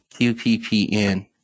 QPPN